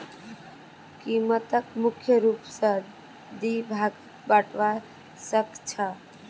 कीमतक मुख्य रूप स दी भागत बटवा स ख छ